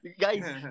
Guys